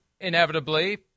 inevitably